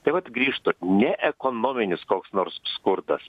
tai vat grįžta ne ekonominis koks nors skurdas